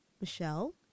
Michelle